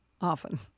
often